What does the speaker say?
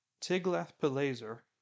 Tiglath-Pileser